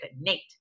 Nate